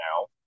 now